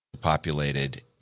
populated